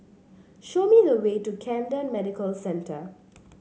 show me the way to Camden Medical Centre